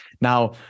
Now